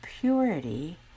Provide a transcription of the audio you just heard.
purity